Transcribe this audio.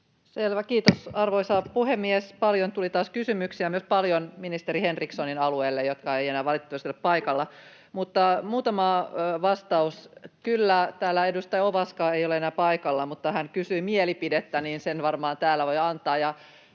Kiitos, arvoisa puhemies! Paljon tuli taas kysymyksiä, myös paljon ministeri Henrikssonin alueelle, joka ei enää valitettavasti ole paikalla, mutta muutama vastaus. Kyllä — täällä edustaja Ovaska ei ole enää paikalla, mutta hän kysyi mielipidettä, ja sen varmaan täällä voi antaa.